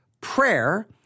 prayer